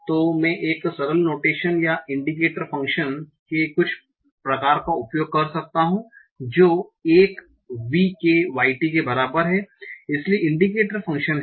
तो मैं एक सरल नोटेशन या इंडिकेटर फ़ंक्शन के कुछ प्रकार का उपयोग कर सकता हूं जो 1 v k y t के बराबर है इसलिए इंडिकेटर फ़ंक्शन हैं